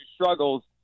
struggles